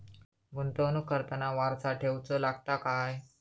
गुंतवणूक करताना वारसा ठेवचो लागता काय?